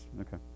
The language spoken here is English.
Okay